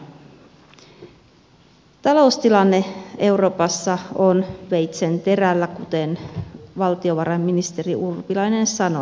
taloustilanne euroopassa on veitsenterällä kuten valtiovarainministeri urpilainen sanoi